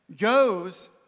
goes